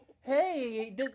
Hey